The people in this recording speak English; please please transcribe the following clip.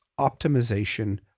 optimization